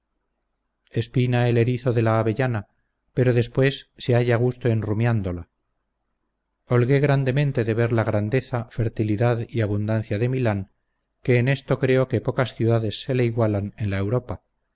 espina el erizo de la avellana pero después se halla gusto en rumiándola holgué grandemente de ver la grandeza fertilidad y abundancia de milán que en esto creo que pocas ciudades se le igualan en la europa